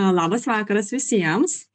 labas vakaras visiems